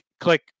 Click